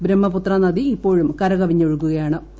ബ്രഹ്മപുത്ര നദി പ്രമ്പ്പോഴും കരകവിഞ്ഞൊഴുകുകയാ ണ്